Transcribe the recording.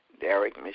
Derek